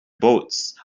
boats